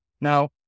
Now